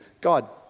God